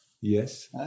Yes